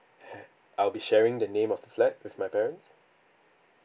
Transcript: I'll be sharing the name of the flat with my parents